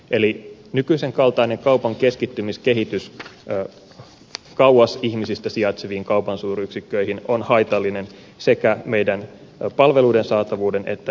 eli nykyisen kaltainen kaupan keskittymiskehitys kauas ihmisistä sijaitseviin kaupan suuryksikköihin on haitallinen sekä palveluiden saatavuuden että ympäristön kannalta